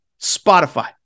Spotify